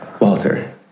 Walter